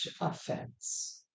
Offense